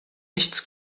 nichts